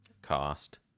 cost